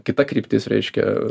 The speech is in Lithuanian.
kita kryptis reiškia